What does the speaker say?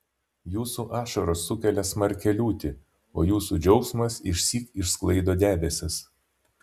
jūsų ašaros sukelia smarkią liūtį o jūsų džiaugsmas išsyk išsklaido debesis